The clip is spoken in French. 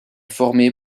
formé